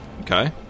Okay